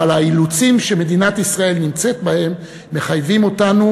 אבל האילוצים שמדינת ישראל נמצאת בהם מחייבים אותנו